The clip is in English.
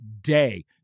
day